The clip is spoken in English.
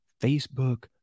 Facebook